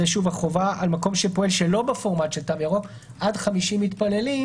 זו החובה על מקום שפועל שלא בפורמט של תו ירוק עד 50 מתפללים,